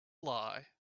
lie